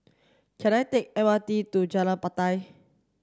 can I take M R T to Jalan Batai